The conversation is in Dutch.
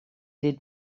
dit